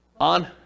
On